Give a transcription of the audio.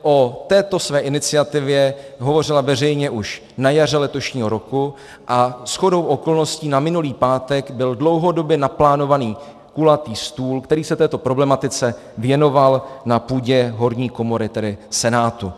O této své iniciativě hovořila veřejně už na jaře letošního roku a shodou okolností na minulý pátek byl dlouhodobě naplánovaný kulatý stůl, který se této problematice věnoval na půdě horní komory, tedy Senátu.